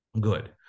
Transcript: good